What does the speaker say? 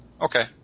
Okay